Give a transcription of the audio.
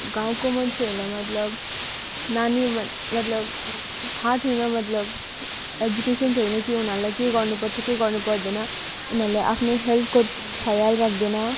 गाउँको मान्छेहरूलाई मतलब नानी म मतलब थाहा छैन मतलब एजुकेसन्स छैन कि उनीहरूलाई के गर्नुपर्छ के गर्नुपर्दैन उनीहरूले आफ्नो हेल्थको खयाल राख्दैन